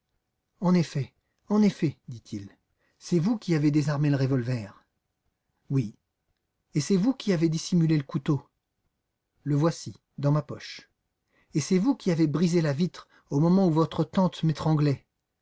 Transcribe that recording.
en effet en effet dit-il c'est vous qui avez désarmé le revolver oui et c'est vous qui avez dissimulé le couteau le voici dans ma poche et c'est vous qui avez brisé la vitre au moment où votre tante